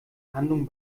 handlung